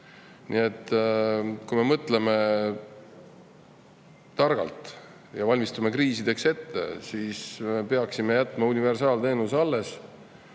Nii et kui me mõtleme targalt ja valmistume kriisideks, siis peame jätma universaalteenuse alles